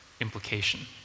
implication